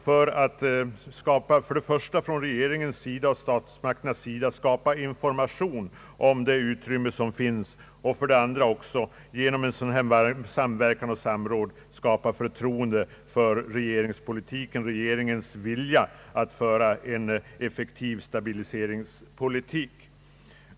Deras uppgift skall i första hand vara att ge information om det utrymme som finns för t.ex. löneökningar och investeringar. För det andra bör genom sådant samråd förtroende kunna skapas för regeringens vilja att föra en effektiv stabiliseringspolitik.